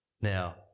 Now